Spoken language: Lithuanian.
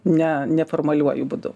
ne neformaliuoju būdu